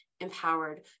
empowered